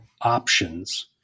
options